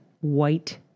white